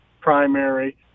primary